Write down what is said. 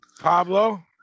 Pablo